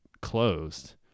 closed